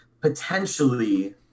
potentially